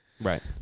Right